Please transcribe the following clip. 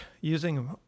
using